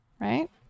right